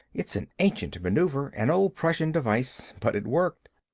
it's an ancient maneuver, an old prussian device, but it worked.